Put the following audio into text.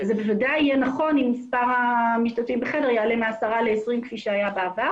זה בוודאי יהיה נכון אם מספר המשתתפים בחדר יעלה מ-10 ל-20 כפי היה בעבר